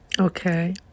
Okay